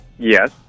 Yes